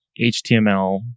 HTML